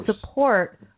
support